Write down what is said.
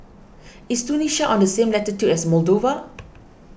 is Tunisia on the same latitude as Moldova